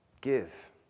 Give